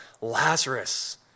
Lazarus